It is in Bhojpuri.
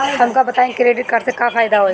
हमका बताई क्रेडिट कार्ड से का फायदा होई?